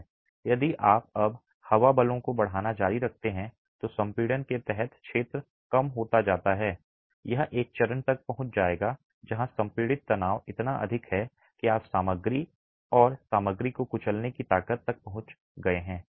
यदि आप अब हवा बलों को बढ़ाना जारी रखते हैं तो संपीड़न के तहत क्षेत्र कम हो जाता है यह एक चरण तक पहुंच जाएगा जहां संपीड़ित तनाव इतना अधिक है कि आप सामग्री और सामग्री को कुचलने की ताकत तक पहुंच गए हैं